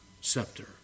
scepter